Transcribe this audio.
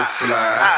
fly